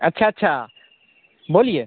अच्छा अच्छा बोलिए